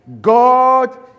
god